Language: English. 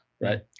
Right